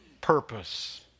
purpose